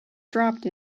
dropped